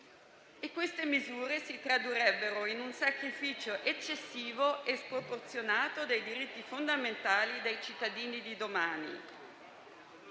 Queste misure si tradurrebbero in un sacrificio eccessivo e sproporzionato dei diritti fondamentali dei cittadini di domani.